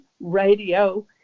radio